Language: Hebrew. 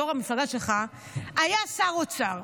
יו"ר המפלגה שלך היה שר אוצר.